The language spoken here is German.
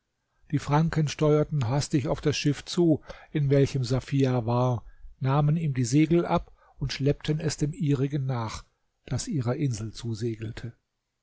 die franken steuerten hastig auf das schiff zu in welchem safia war nahmen ihm die segel ab und schleppten es dem ihrigen nach das ihrer insel zusegelte